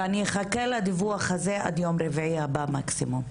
אחכה לדיווח הזה עד ליום רביעי הבא מקסימום.